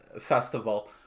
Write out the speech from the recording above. Festival